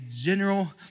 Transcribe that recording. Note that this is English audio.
general